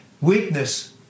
weakness